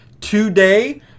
today